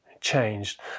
changed